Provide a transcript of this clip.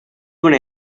una